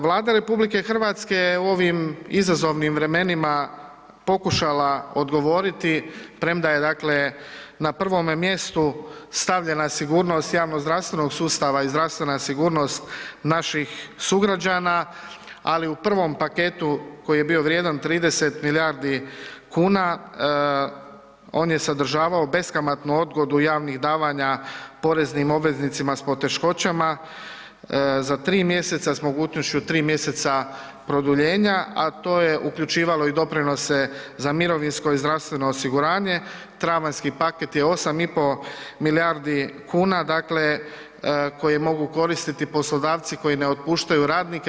Vlada RH je u ovim izazovnim vremenima pokušala odgovoriti, premda je, dakle, na prvome mjestu stavljena sigurnost javnozdravstvenog sustava i zdravstvena sigurnost naših sugrađana, ali u prvom paketu koji je bio vrijedan 30 milijardi kuna, on je sadržavao beskamatnu odgodu javnih davanja poreznim obveznicima s poteškoćama, za 3 mjeseca s mogućnošću 3 mjeseca produljenja, a to je uključivalo i doprinose za mirovinsko i zdravstveno osiguranje, travanjski paket je 8,5 milijardi kuna, dakle, koji mogu koristiti poslodavci koji ne otpuštaju radnike.